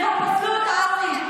אבל גם זה לא יקרה.